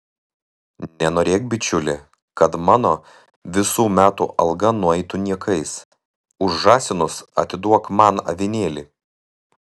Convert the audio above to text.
nenorėk bičiuli kad mano visų metų alga nueitų niekais už žąsinus atiduok man avinėlį